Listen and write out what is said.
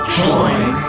join